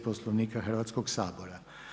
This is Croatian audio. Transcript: Poslovnika Hrvatskog sabora.